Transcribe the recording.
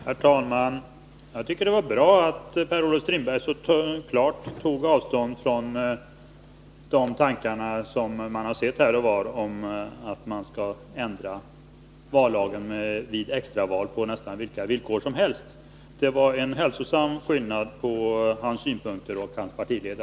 Herr talman! Torkel Lindahl bör mera noga ta del av Gösta Bohmans brev när det gäller extraval. Någon som helst önskan från moderata samlingspartiet eller dess ordförande om att det skall anordnas extraval under vilka former som helst föreligger icke, har aldrig förelegat och kommer icke att föreligga.